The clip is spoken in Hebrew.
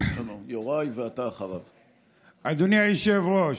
אדוני היושב-ראש,